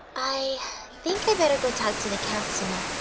i think i'd better go talk to the counselor.